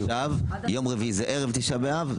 יום רביעי זה ערב תשעה באב,